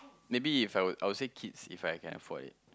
maybe If I were I would say kids If I can afford it